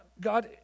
God